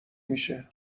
میشه